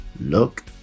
Look